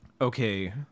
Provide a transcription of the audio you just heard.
okay